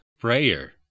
prayer